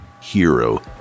Hero